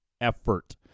effort